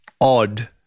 odd